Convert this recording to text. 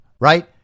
right